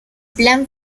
plan